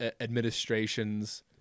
administration's